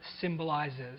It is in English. symbolizes